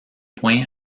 point